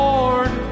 Lord